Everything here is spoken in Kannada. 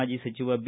ಮಾಜಿ ಸಚಿವ ಬಿ